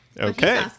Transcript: Okay